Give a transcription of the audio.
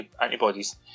Antibodies